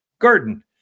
garden